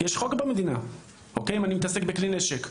יש חוק במדינה אם אני מתעסק בכלי נשק.